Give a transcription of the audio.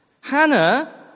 Hannah